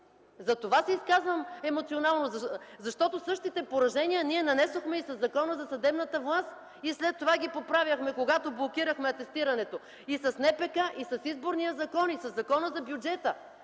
Затова се изказвам емоционално, защото същите поражения ние нанесохме и със Закона за съдебната власт и след това ги поправяхме, когато блокирахме асистирането, и с НПК, и с Изборния закон, и със Закона за бюджета.